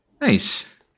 Nice